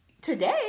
today